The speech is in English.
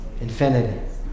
Infinity